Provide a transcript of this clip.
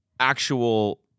actual